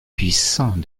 puissant